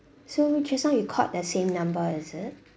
so just now you called the same number is it